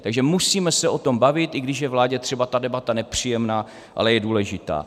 Takže musíme se o tom bavit, i když je vládě třeba ta debata nepříjemná, ale je důležitá.